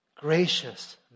gracious